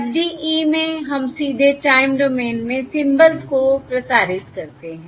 FDE में हम सीधे टाइम डोमेन में सिम्बल्स को प्रसारित करते हैं